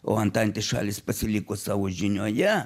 o antantės šalys pasiliko savo žinioje